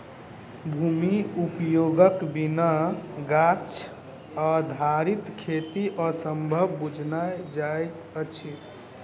भूमि उपयोगक बिना गाछ आधारित खेती असंभव बुझना जाइत अछि